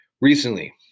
recently